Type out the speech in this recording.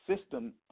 system